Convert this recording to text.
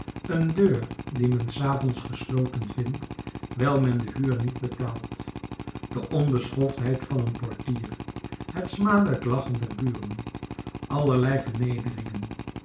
een deur die men s avonds gesloten vindt wijl men de huur niet betaalt de onbeschoftheid van een portier het smadelijk lachen der buren allerlei vernederingen